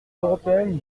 européenne